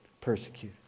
persecuted